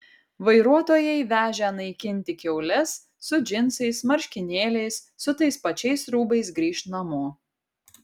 vairuotojai vežę naikinti kiaules su džinsais marškinėliais su tais pačiais rūbais grįš namo